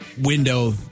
window